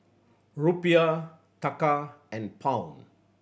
Rupiah Taka and Pound